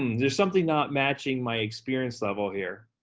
there's something not matching my experience level here.